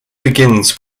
begins